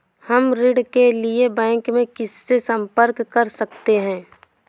हम ऋण के लिए बैंक में किससे संपर्क कर सकते हैं?